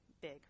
big